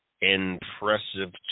impressive